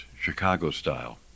Chicago-style